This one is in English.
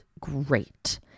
great